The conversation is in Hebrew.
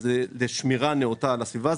וזו שמירה נאותה על הסביבה.